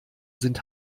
sind